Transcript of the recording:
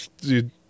dude